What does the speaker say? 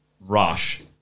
rush